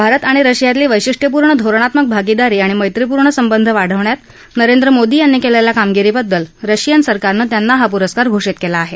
भारत आणि रशियातली वैशिष्ट्यपूर्ण धोरणात्मक भागीदारी आणि मैत्रीपुर्ण संबंध वाढवण्यात नरेंद्र मोदी यांनी केलेल्या कामगिरीबद्दल रशियन सरकारनं त्यांना हा पुरस्कार घोषित केला आहे